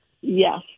Yes